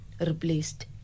replaced